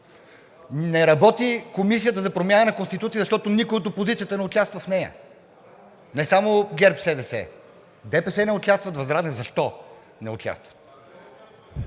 Не работи Комисията за промяна на Конституцията, защото никой от опозицията не участва в нея – не само ГЕРБ-СДС, ДПС не участват, ВЪЗРАЖДАНЕ. Защо не участват?